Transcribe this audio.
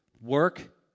Work